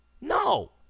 No